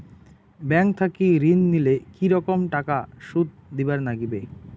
Bank থাকি ঋণ নিলে কি রকম টাকা সুদ দিবার নাগিবে?